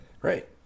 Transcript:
right